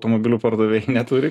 automobilių pardavėjai neturi